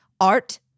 art